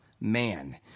man